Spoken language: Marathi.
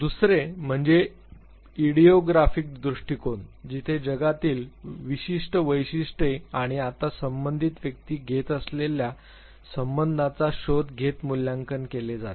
दुसरे म्हणजे इडिओग्राफिक दृष्टिकोन जिथे जगातील विशिष्ट वैशिष्ट्ये आणि आता संबंधित व्यक्ती घेत असलेल्या संबंधांचा शोध घेत मूल्यांकन केले जाते